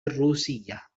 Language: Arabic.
الروسية